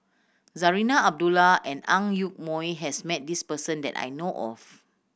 Zarinah Abdullah and Ang Yoke Mooi has met this person that I know of